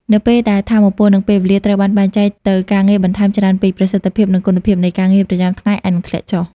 នៅពេលដែលថាមពល និងពេលវេលាត្រូវបានបែងចែកទៅការងារបន្ថែមច្រើនពេក ប្រសិទ្ធភាព និងគុណភាពនៃការងារប្រចាំថ្ងៃអាចនឹងធ្លាក់ចុះ។